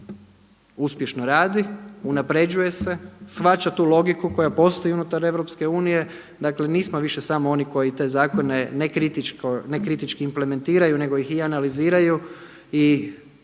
uspješno radi, unapređuje se, shvaća tu logiku koja postoji unutar EU. Dakle, nismo više samo oni koji te zakone nekritički implementiraju nego ih i analiziraju i u skladu